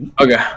Okay